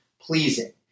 pleasing